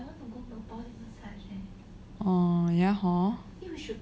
oh ya hor